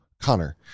connor